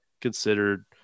considered